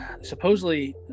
supposedly